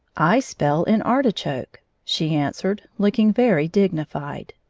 i spell in artichoke, she answered, looking very dignified.